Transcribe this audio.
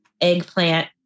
eggplant